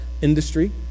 industry